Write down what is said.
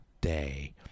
day